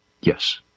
Yes